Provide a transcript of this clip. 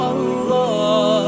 Allah